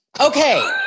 okay